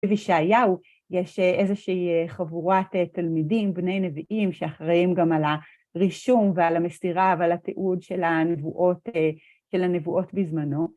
וישעיהו, יש איזושהי חבורת תלמידים, בני נביאים, שאחראים גם על הרישום ועל המסירה ועל התיעוד של הנבואות בזמנו.